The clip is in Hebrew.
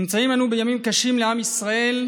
אנו נמצאים בימים קשים לעם ישראל,